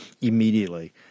immediately